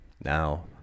now